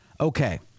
Okay